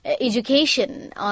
education